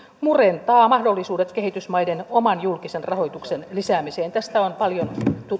murentavat mahdollisuudet kehitysmaiden oman julkisen rahoituksen lisäämiseen tästä on paljon